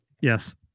yes